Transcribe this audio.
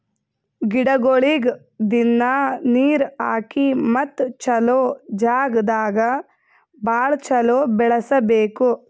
ಗಿಡಗೊಳಿಗ್ ದಿನ್ನಾ ನೀರ್ ಹಾಕಿ ಮತ್ತ ಚಲೋ ಜಾಗ್ ದಾಗ್ ಭಾಳ ಚಲೋ ಬೆಳಸಬೇಕು